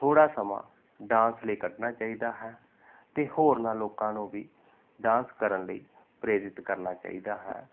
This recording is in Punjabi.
ਥੋੜ੍ਹਾ ਸਮਾਂ ਡਾਂਸ ਲਈ ਕੱਢਣਾ ਚਾਹੀਦਾ ਹੈ ਅਤੇ ਹੋਰਨਾ ਲੋਕਾਂ ਨੂੰ ਵੀ ਡਾਂਸ ਕਰਨ ਲਈ ਪ੍ਰੇਰਿਤ ਕਰਨਾ ਚਾਹੀਦਾ ਹੈ